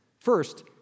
First